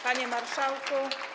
Panie Marszałku!